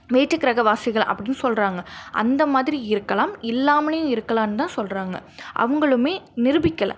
வேற்றுகிரகவாசிகள் அப்படின்னு சொல்கிறாங்க அந்த மாதிரி இருக்கலாம் இல்லாமலயும் இருக்கலாம்னுதான் சொல்கிறாங்க அவங்களுமே நிருபிக்கலை